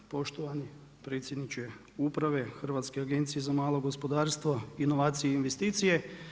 Poštovani predsjedniče uprave Hrvatske agencije za malo gospodarstvo, inovacije i investicije.